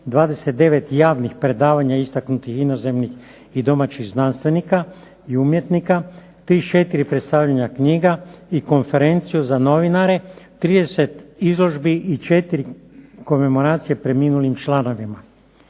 29 javnih predavanja istaknutih inozemnih i domaćih znanstvenika i umjetnika, 34 predstavljanja knjiga i konferenciju za novinare, 30 izložbi i 4 komemoracije preminulim članovima.